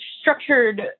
structured